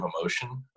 emotion